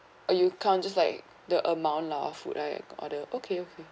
or you count just like the amount lah of food I'd order okay okay